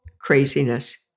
craziness